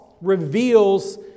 reveals